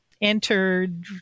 entered